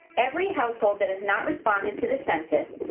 every household that has not responded to the census,